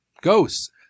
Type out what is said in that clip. ghosts